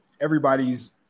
everybody's